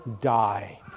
die